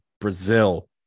Brazil